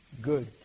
good